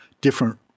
different